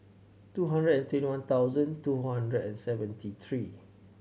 two hundred and twenty one thousand two hundred and seventy three